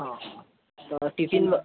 हा हा तर किती